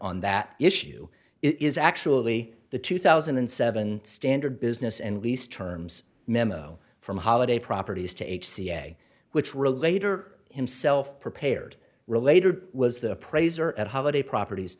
on that issue is actually the two thousand and seven standard business and lease terms memo from holiday properties to h c a which were later himself prepared related was the praiser at holiday properties